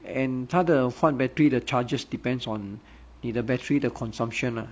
and 他的换 battery 的 charges depends on 你的 battery 的 consumption lah